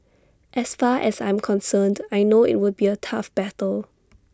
as far as I'm concerned I know IT will be A tough battle